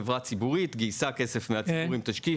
חברה ציבורית גייסה כסף מהציבור עם תשקיף